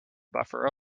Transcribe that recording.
buffer